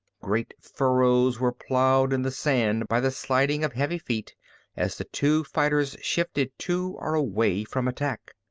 great furrows were plowed in the sand by the sliding of heavy feet as the two fighters shifted to or away from attack.